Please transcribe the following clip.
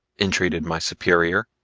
entreated my superior.